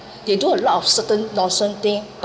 they do a lot of certain lawson thing but